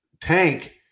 tank